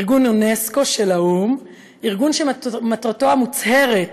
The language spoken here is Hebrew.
ארגון אונסק''ו של האו''ם, ארגון שמטרתו המוצהרת